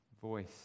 voice